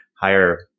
higher